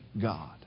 God